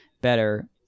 better